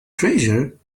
treasure